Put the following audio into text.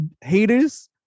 haters